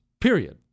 period